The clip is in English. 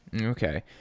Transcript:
Okay